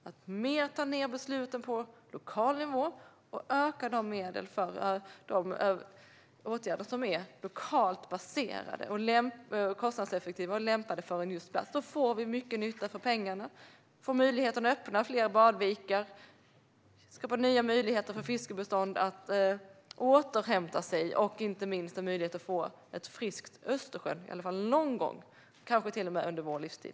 Besluten ska tas ned på mer lokal nivå, och medel ska öka för lokalt baserade åtgärder som är kostnadseffektiva och lämpade för en viss plats. Då får vi mycket nytta för pengarna, får möjlighet att öppna fler badvikar, kan skapa nya möjligheter för fiskbestånd att återhämta sig och inte minst möjlighet att få ett friskt Östersjön - i alla fall någon gång, kanske till och med under vår livstid.